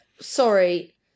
sorry